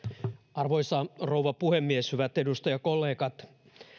arvoisa rouva puhemies hyvät edustajakollegat